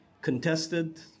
contested